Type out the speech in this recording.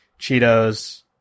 Cheetos